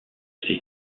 est